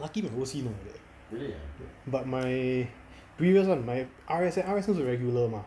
lucky my O_C not like that but my previous [one] my R_S_M R_S_M 是 regular mah